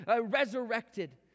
resurrected